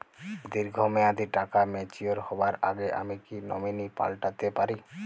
দীর্ঘ মেয়াদি টাকা ম্যাচিউর হবার আগে আমি কি নমিনি পাল্টা তে পারি?